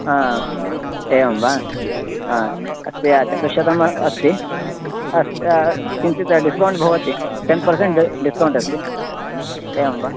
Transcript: आ एवं वा आ अस्य चतुश्शतं अस्ति अस्तु किञ्चित् डिस्कौण्ट् भवति टेन् पेर्सेण्ट् डिस्कौण्ट् अस्ति एवं वा